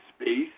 space